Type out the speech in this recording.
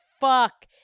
fuck